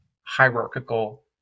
hierarchical